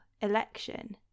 election